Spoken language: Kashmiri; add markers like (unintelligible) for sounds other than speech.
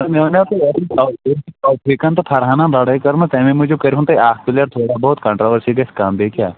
مےٚ وَنے تۄہہِ اوتٕرٕ تَوٕے (unintelligible) فرہانَن لَڑٲے کٔرمٕژ تٔمۍ موجوٗب کٔرِہُن تُہۍ اَکھ پٕلیر تھوڑا بہت کنٹراوٕرسی گژھِ کم بیٚیہِ کیٛاہ